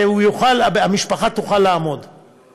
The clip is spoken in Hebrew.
שהמשפחה תוכל לעמוד בו.